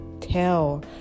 tell